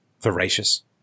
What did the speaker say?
voracious